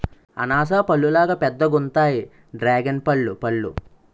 అనాస పల్లులాగా పెద్దగుంతాయి డ్రేగన్పల్లు పళ్ళు